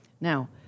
Now